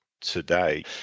today